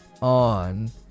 on